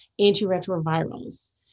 antiretrovirals